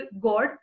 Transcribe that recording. god